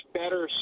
better